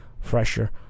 fresher